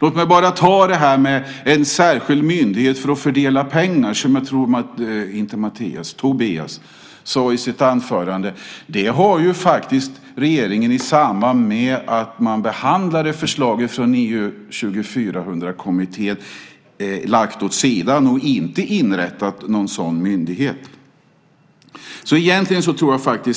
Låt mig bara ta det här med en särskild myndighet för att fördela pengar, som Tobias nämnde i sitt anförande. I samband med att man behandlade förslaget från EU 2004-kommittén lade regeringen det åt sidan och har inte inrättat någon sådan myndighet. Jag tror alltså att